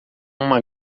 uma